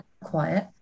quiet